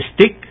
stick